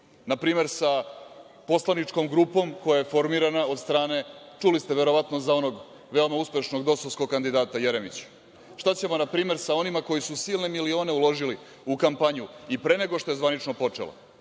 Na primer sa poslaničkom grupom koja je formirana od strane, čuli ste verovatno za onog veoma uspešnog DOS-ovskog kandidata Jeremića. Šta ćemo na primer sa onima koji su silne milione uložili u kampanju i pre nego što je zvanično počelo?